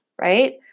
right